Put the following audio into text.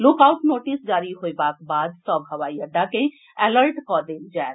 look out notice जारी होएबाक बाद सभ हवाई अड्डा के अलर्ट कऽ देल जाएत